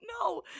no